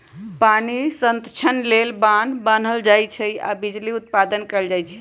पानी संतक्षण लेल बान्ह बान्हल जाइ छइ आऽ बिजली उत्पादन कएल जाइ छइ